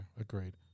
agreed